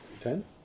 Ten